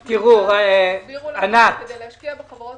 שנפגשנו אתם הסבירו לנו שכדי להשקיע בחברות